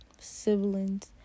Siblings